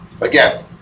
Again